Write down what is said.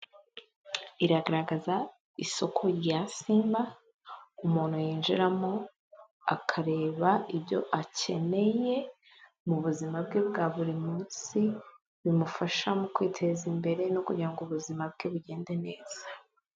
Iragaragaza isoko rya Simba umuntu yinjiramo akareba ibyo akeneye mu buzima bwe bwa buri munsi, bimufasha mu kwiteza imbere no kugira ngo ubuzima bwe bugende neza.